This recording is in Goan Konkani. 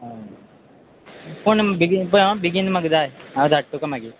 आं पूण बेगीन पळय हां बेगीन म्हाका जाय हांव धाड तुका मागीर